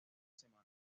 semana